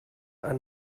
are